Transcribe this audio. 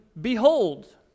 behold